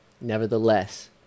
nevertheless